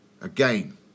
again